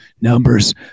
numbers